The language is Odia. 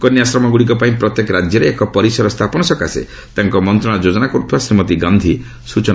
କନ୍ୟାଶ୍ରମଗୁଡ଼ିକ ପାଇଁ ପ୍ରତ୍ୟେକ ରାଜ୍ୟରେ ଏକ ପରିସର ସ୍ଥାପନ ସକାଶେ ତାଙ୍କ ମନ୍ତ୍ରଣାଳୟ ଯୋଜନା କରୁଥିବା ଶ୍ରୀମତୀ ଗାନ୍ଧୀ କହିଛନ୍ତି